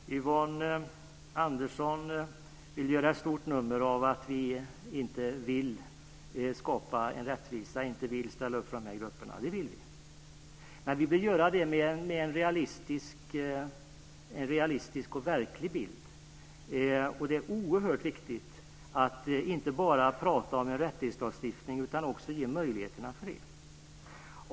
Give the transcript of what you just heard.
Fru talman! Yvonne Andersson gör ett stort nummer av att vi inte vill skapa rättvisa och inte vill ställa upp för de här grupperna. Det vill vi. Men vi vill göra det med en realistisk och verklig bild. Det är oerhört viktigt att inte bara prata om en rättighetslagstiftning utan att också ge möjligheterna för det.